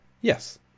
Yes